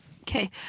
Okay